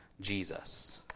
Jesus